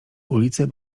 ulice